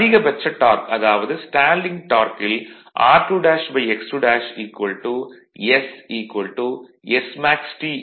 அதிகபட்ச டார்க் அதாவது ஸ்டாலிங் டார்க்கில் r2x2 s smaxT 0